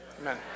Amen